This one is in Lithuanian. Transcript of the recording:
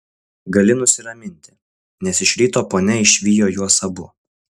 gali nusiraminti nes iš ryto ponia išvijo juos abu